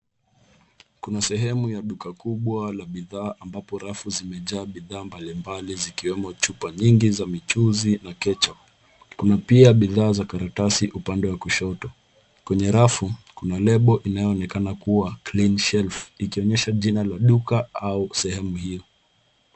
Kuna sehemu ya duka kubwa la bidhaa ambapo rafu zimejaa bidhaa mbalimbali zikiwemo chupa nyingi za michuzi na kecha. Kuna pia bidhaa za karatasi upande wa kushoto. Kwenye rafu, Kuna lebo inayoonekana kuwa cleanshelf ikionyesha jina ya duka au sehumu hiyo.